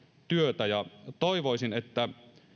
työtä ja toivoisin että